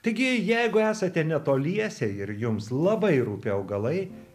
taigi jeigu esate netoliese ir jums labai rūpi augalai